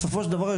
בסופו של דבר,